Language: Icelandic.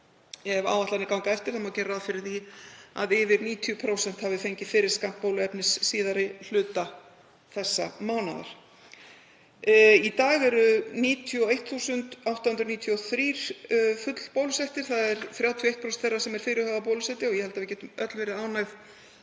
Ef áætlanir ganga eftir má gera ráð fyrir að yfir 90% hafi fengið fyrri skammt bóluefnis síðari hluta þessa mánaðar. Í dag eru 91.893 fullbólusettir. Það er 31% þeirra sem fyrirhugað er að bólusetja. Ég held að við getum öll verið ánægð